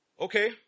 Okay